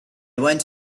went